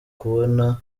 kubona